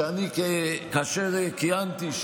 שכאשר כיהנתי,